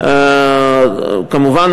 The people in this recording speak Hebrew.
כמובן,